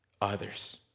others